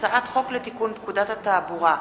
הצעת חוק לתיקון פקודת התעבורה (מס'